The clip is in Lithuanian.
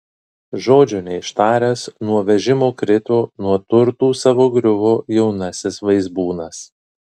žodžio neištaręs nuo vežimo krito nuo turtų savo griuvo jaunasis vaizbūnas